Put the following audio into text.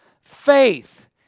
faith